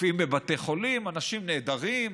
רופאים בבתי חולים, אנשים נהדרים.